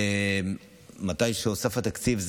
מתי שהתווסף התקציב,